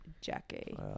Jackie